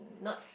not tr~